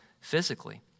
physically